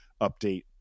update